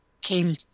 came